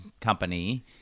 company